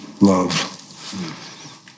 love